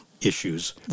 issues